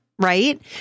right